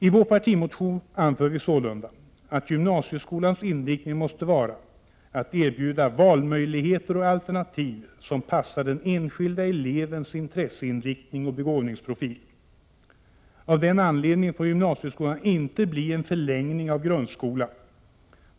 I vår partimotion anför vi sålunda, att gymnasieskolans inriktning måste vara att erbjuda valmöjligheter och alternativ som passar den enskilda elevens intresseinriktning och begåvningsprofil. Av den anledningen får gymnasieskolan inte bli en förlängning av grundskolan.